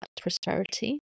prosperity